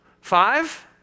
Five